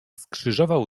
skrzyżował